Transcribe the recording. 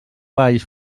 valls